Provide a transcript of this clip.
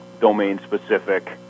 domain-specific